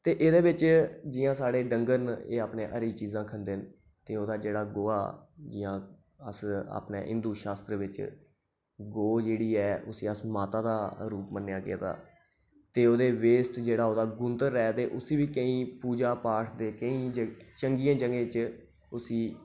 ते एह्दे बिच जि'यां साढ़े डंगर न एह् अपने हरी चीजां खंदे न ते ओह्दा जेह्ड़ा गोहा जि'यां अस अपने हिंदू शास्त्रें बिच गौ ऐ जेह्ड़ी ऐ उसी अस माता दा रूप मन्नेआ गेदा ते ओह्दे वेस्ट जेह्ड़ा ओह्दा गूंतर ऐ ते उसी बी केईं पूजा पाठ दे केईं चंगियें जगहें च उसी